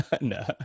No